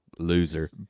loser